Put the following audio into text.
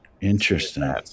Interesting